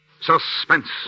Suspense